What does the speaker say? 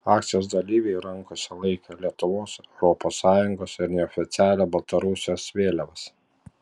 akcijos dalyviai rankose laikė lietuvos europos sąjungos ir neoficialią baltarusijos vėliavas